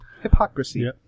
Hypocrisy